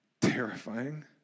terrifying